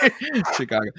Chicago